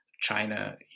China